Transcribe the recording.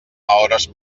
hores